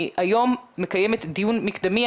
אני היום מקיימת דיון מקדמי.